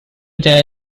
their